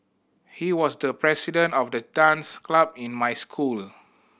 he was the president of the dance club in my school